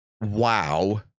wow